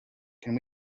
can